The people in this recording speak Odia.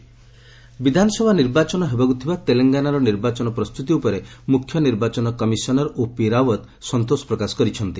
ଇସିଆଇ ତେଲଙ୍ଗାନା ବିଧାନସଭା ନିର୍ବାଚନ ହେବାକୁ ଥିବା ତେଲଙ୍ଗାନାର ନିର୍ବାଚନ ପ୍ରସ୍ତୁତି ଉପରେ ମୁଖ୍ୟ ନିର୍ବାଚନ କମିଶନର୍ ଓପି ରାଓ୍ୱତ ସନ୍ତୋଷ ପ୍ରକାଶ କରିଛନ୍ତି